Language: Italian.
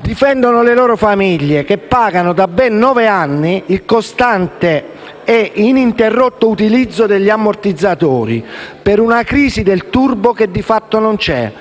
Difendono le proprie famiglie, che pagano da ben nove anni il costante e ininterrotto utilizzo degli ammortizzatori, per una crisi del turbo che, di fatto, non c'è.